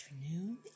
afternoon